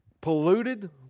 polluted